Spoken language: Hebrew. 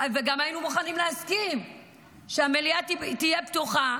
וגם היינו מוכנים להסכים שהמליאה תהיה פתוחה.